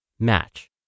Match